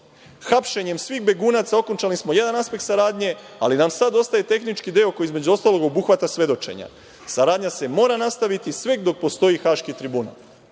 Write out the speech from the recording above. Hapšenjem svih begunaca okončali smo jedan aspekt saradnje, ali nam sad ostaje tehnički deo koji, između ostalog, obuhvata svedočenja. Saradnja se mora nastaviti sve dok postoji Haški tribunal.